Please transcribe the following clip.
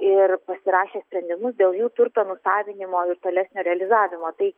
ir pasirašė sprendimus dėl jų turto nusavinimo ir tolesnio realizavimo tai